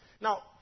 Now